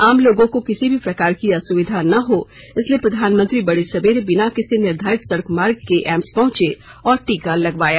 आम लोगों को किसी भी प्रकार की असुविधा न हो इसलिए प्रधानमंत्री बड़े सवेरे बिना किसी निर्धारित सडक मार्ग के एम्स पहुंचे और टीका लगवाया